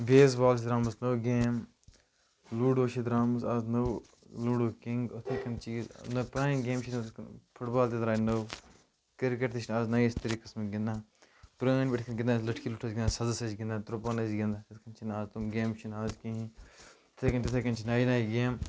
بیس بال چھِ درٛامٕژ نٔو گیم لوٗڈو چھِ درٛامٕژ آز نٔو لوٗڈو کِنٛگ اِتھٕے کٔنۍ چیٖز پرانہِ گیم چھِ فُٹ بال تہِ درٛایہِ نٔو کرکٹ تہِ چھِنہٕ آز نٔیِس طریٖقَس منٛز گنٛدان پرٲنۍ پٲٹھۍ گِندن لٔٹھۍ کِچ لوٚٹھ ٲسۍ گِنٛدان سَزَس ٲسۍ گِنٛدان ترٛوپن ٲسۍ گِنٛدانِ چھِنہٕ آزٕ تِم گیمہٕ چھِنہٕ اَز کِہیٖنۍ اِتھَے کٔنۍ تتھَے کٔنۍ چھِ نَیہِ نیہِ گیم